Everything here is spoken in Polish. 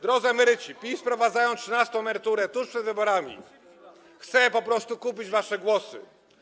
Drodzy emeryci, PiS, wprowadzając trzynastą emeryturę tuż przed wyborami, chce po prostu kupić wasze głosy.